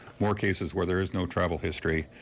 more cases where there is no travel history.